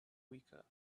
weaker